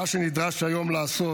מה שנדרש היום לעשות